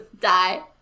die